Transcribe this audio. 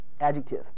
adjective